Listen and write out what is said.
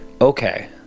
okay